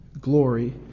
glory